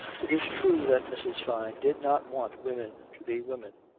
it is true that mrs. fyne did not want women to be women.